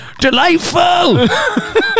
Delightful